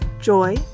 joy